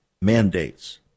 mandates